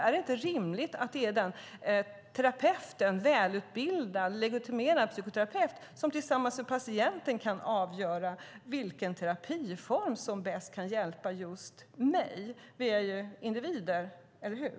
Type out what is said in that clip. Är det inte rimligt att det är en terapeut - en välutbildad och legitimerad psykoterapeut - som tillsammans med patienten kan avgöra vilken terapiform som bäst kan hjälpa just honom eller henne? Vi är ju individer, eller hur?